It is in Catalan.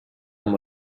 amb